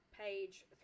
page